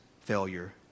failure